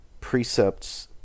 precepts